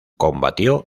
combatió